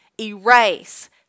erase